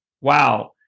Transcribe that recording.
Wow